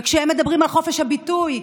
וכשהם מדברים על חופש הביטוי,